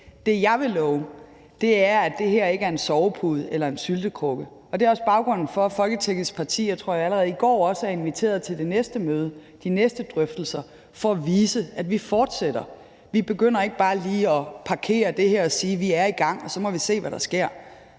Det, jeg vil love, er, at det her ikke bliver en sovepude eller en syltekrukke. Det er også baggrunden for, at Folketingets partier, tror jeg, allerede i går også er blevet inviteret til det næste møde og de næste drøftelser for at vise, at vi fortsætter. Vi begynder ikke bare lige at parkere det her og sige: Vi er i gang, og så må vi se, hvad der sker.